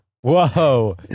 Whoa